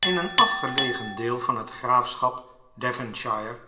in een afgelegen deel van net graafschap devonshire